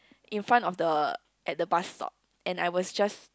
in front of the at the bus stop and I was just